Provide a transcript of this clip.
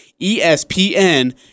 ESPN